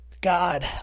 God